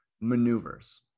maneuvers